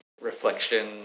reflection